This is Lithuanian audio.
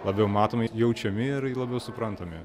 labiau matomais jaučiami ir labiau suprantami